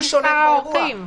הוא שולט במספר האורחים.